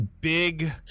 big